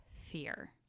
fear